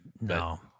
No